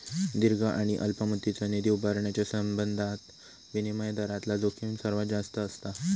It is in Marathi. दीर्घ आणि अल्प मुदतीचो निधी उभारण्याच्यो संबंधात विनिमय दरातला जोखीम सर्वात जास्त असता